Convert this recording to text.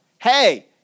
Hey